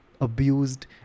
abused